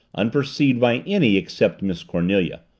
unperceived by any except miss cornelia.